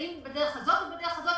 האם בדרך הזאת או בדרך הזאת.